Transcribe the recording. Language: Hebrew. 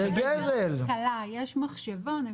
יש מחשבון,